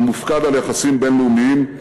המופקד על יחסים בין-לאומיים,